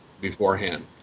beforehand